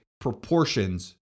proportions